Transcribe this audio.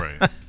Right